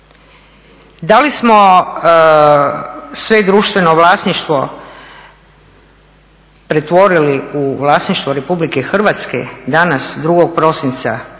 Da li smo sve društveno vlasništvo pretvorili u vlasništvo RH danas 2. prosinca